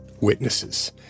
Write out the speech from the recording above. witnesses